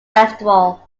festival